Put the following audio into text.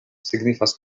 signifas